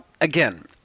again